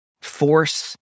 force